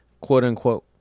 quote-unquote